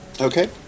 Okay